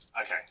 Okay